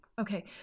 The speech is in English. Okay